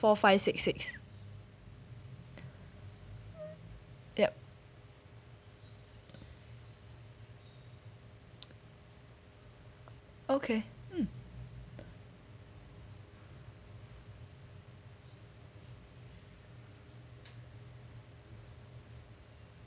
four five six six yup okay mm